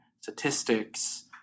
statistics